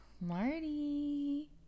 marty